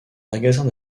magasin